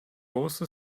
also